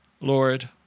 Lord